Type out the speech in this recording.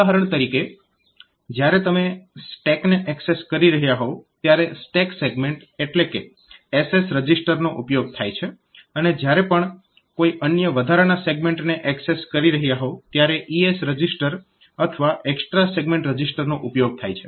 ઉદાહરણ તરીકે જ્યારે તમે સ્ટેકને એક્સેસ કરી રહ્યાં હોવ ત્યારે સ્ટેક સેગમેન્ટ એટલે કે SS રજીસ્ટરનો ઉપયોગ થાય છે અને જ્યારે પણ કોઈ અન્ય વધારાના સેગમેન્ટને એક્સેસ કરી રહ્યાં હોવ ત્યારે ES રજીસ્ટર અથવા એક્સ્ટ્રા સેગમેન્ટ રજીસ્ટરનો ઉપયોગ થાય છે